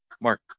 Mark